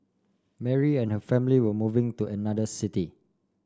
Mary and her family were moving to another city